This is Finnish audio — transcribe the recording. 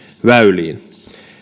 väyliin